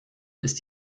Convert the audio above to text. ist